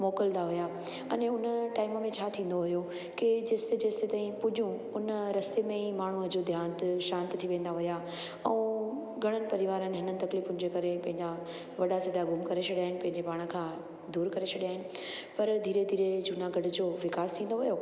मोकिलींदा हुया अने हुन टाइम में छा थींदो हुयो के जेसि जेसिताईं पुजूं उन रस्ते में ई माण्हूं जो देहांत शांति थी वेंदा हुया अऊं घणन परिवारनि में इन तकलीफ़ुनि जे करे पंहिंजा वॾा सॾा गुम करे छॾिया आहिनि पंहिंजे पाण खां दूरि करे छॾिया आहिनि पर धीरे धीरे जूनागढ़ जो विकास थींदो वियो